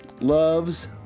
loves